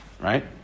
right